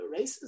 racism